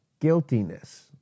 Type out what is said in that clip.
guiltiness